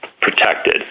protected